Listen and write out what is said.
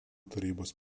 tarybos